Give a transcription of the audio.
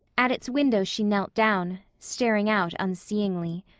at its window she knelt down, staring out unseeingly.